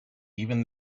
even